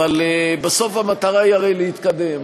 אבל בסוף המטרה היא הרי להתקדם.